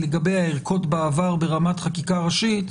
הערכות בעבר ברמת חקיקה ראשית,